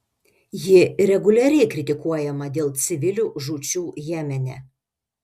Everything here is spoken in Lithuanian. ji reguliariai kritikuojama dėl civilių žūčių jemene